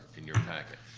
in your packet.